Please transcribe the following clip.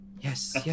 Yes